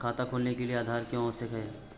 खाता खोलने के लिए आधार क्यो आवश्यक है?